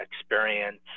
experience